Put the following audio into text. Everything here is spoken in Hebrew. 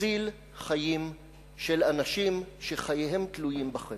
חיים של אנשים שחייהם תלויים בכם.